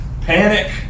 Panic